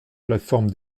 plateforme